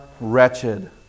wretched